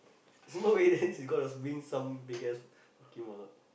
no in the end she's gonna bring big ass pokemon what